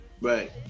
Right